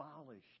abolished